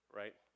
right